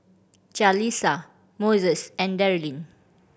Jalisa Moses and Deryl